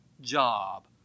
job